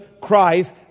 Christ